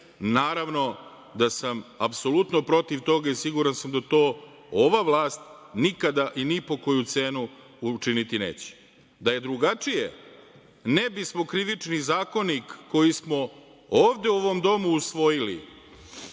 naravno da sam apsolutno protiv toga i siguran sam da to ova vlast nikada i ni po koju cenu učiniti neće. Da je drugačije ne bismo Krivični zakonik, koji smo ovde u ovom domu usvojili,